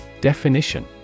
Definition